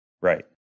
Right